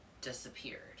disappeared